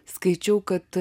skaičiau kad